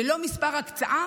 ללא מספר הקצאה,